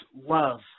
love